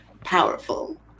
powerful